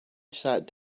sat